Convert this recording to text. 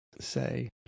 say